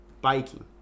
biking